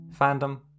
fandom